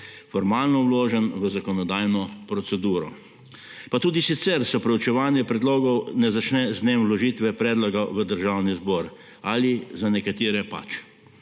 formalno vložen v zakonodajno proceduro. Pa tudi sicer se proučevanje predlogov ne začne z dnevom vložitve predloga v Državni zbor; ali za nekatere pač.